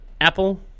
Apple